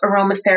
aromatherapy